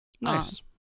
Nice